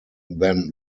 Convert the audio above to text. then